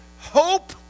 Hope